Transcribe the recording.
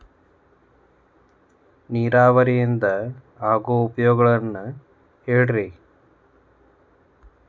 ನೇರಾವರಿಯಿಂದ ಆಗೋ ಉಪಯೋಗಗಳನ್ನು ಹೇಳ್ರಿ